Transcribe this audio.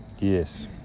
Yes